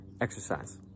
exercise